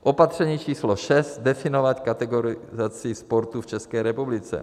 Opatření číslo šest definovat kategorizaci sportu v České republice.